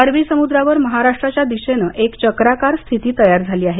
अरबी समुद्रावर महाराष्ट्राच्या दिशेने एक चक्राकार स्थिती तयार झाली आहे